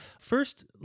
First